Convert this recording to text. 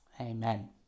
Amen